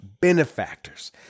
benefactors